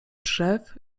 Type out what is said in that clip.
drzew